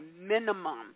minimum